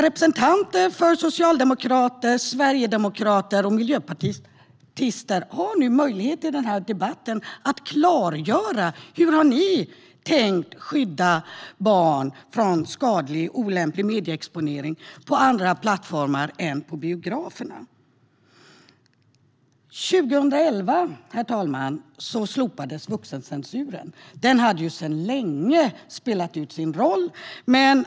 Representanter för Socialdemokraterna, Sverigedemokraterna och Miljöpartiet har i denna debatt möjlighet att klargöra hur de har tänkt skydda barn från skadlig och olämplig medieexponering på andra plattformar än biograferna. År 2011, herr talman, slopades vuxencensuren. Den hade sedan länge spelat ut sin roll.